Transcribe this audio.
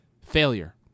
Failure